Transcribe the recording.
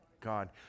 God